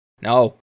No